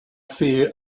fear